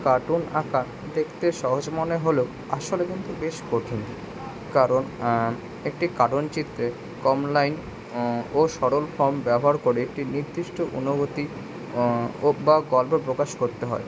cartoon আঁকা দেখতে সহজ মনে হলেও আসলে কিন্তু বেশ কঠিন কারণ একটি কার্টুন চিত্রে কম লাইন ও সরল ফর্ম ব্যবহার করে একটি নির্দিষ্ট অনুভূতি ও বা গল্প প্রকাশ করতে হয়